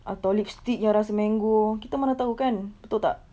atau lipstick yang rasa mango kita mana tahu kan betul tak